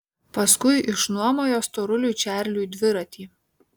paskui išnuomojo storuliui čarliui dviratį